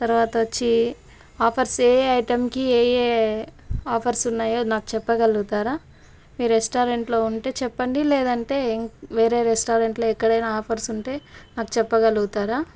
తర్వాత వచ్చి ఆఫర్స్ ఏయే ఐటమ్కి ఏయే ఆఫర్స్ ఉన్నాయో నాకు చెప్పగలుగుతారా మీ రెస్టారెంట్లో ఉంటే చెప్పండి లేదంటే వేరే రెస్టారెంట్లో ఎక్కడ అయినా ఆఫర్స్ ఉంటే నాకు చెప్పగలుగుతారా